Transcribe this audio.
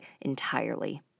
entirely